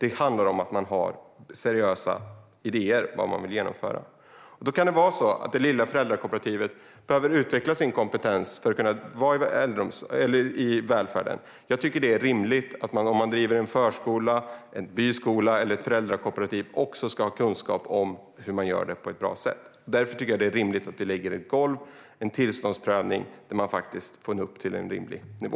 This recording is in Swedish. Det handlar om vad man har för seriösa idéer och vad man vill genomföra. Då kan det vara så att det lilla föräldrakooperativet behöver utveckla sin kompetens för att få finnas inom välfärden. Jag tycker att det är rimligt att man om man driver en förskola, en byskola eller ett föräldrakooperativ ska ha kunskap om hur man gör det på ett bra sätt. Därför behöver vi lägga ett golv - en tillståndsprövning - för att man ska nå upp till en rimlig nivå.